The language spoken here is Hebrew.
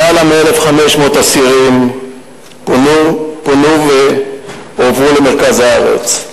למעלה מ-1,500 אסירים פונו והועברו למרכז הארץ.